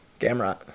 Gamrot